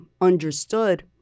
understood